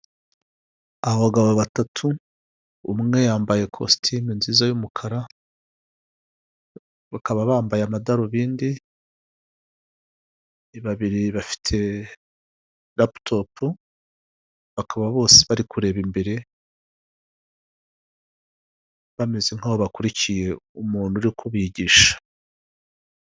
Abagabo batatu umwe yambaye kositime nziza y'umukara, bakaba bambaye amadarubindi, babiri bafite raputopu bakaba bose bari kureba imbere, bameze nkaho bakurikiye umuntu uri kubigisha.